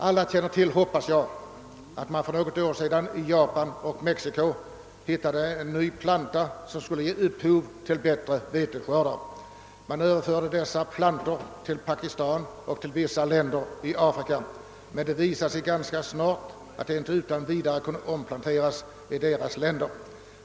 Jag förmodar att alla känner till att man för något år sedan i Japan och Mexiko hittade en planta som skulle kunna ge bättre veteskördar. Denna planta överfördes till Pakistan och till vissa länder i Afrika. Det visade sig ganska snart att plantan inte utan vidare kunde omplanteras till dessa länder.